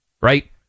right